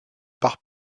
par